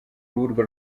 rubuga